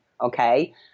Okay